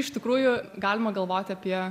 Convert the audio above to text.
iš tikrųjų galima galvoti apie